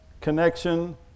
connection